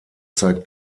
zeigte